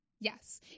Yes